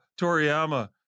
Toriyama